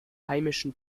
heimischen